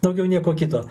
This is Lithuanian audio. daugiau nieko kito